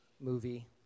movie